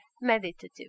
meditative